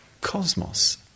cosmos